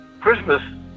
Christmas